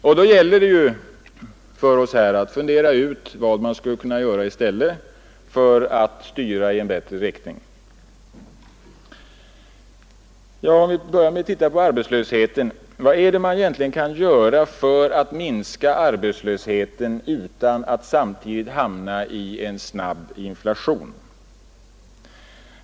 Och då gäller det för oss här att fundera ut vad man i stället skulle kunna göra för att styra i en bättre riktning. Om vi börjar med att titta på arbetslösheten kan vi fråga: Vad är det egentligen man kan göra för att minska arbetslösheten utan att samtidigt hamna i en snabb inflation?